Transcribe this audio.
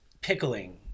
pickling